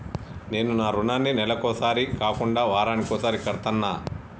నేను నా రుణాన్ని నెలకొకసారి కాకుండా వారానికోసారి కడ్తన్నా